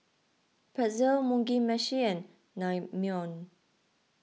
Pretzel Mugi Meshi and Naengmyeon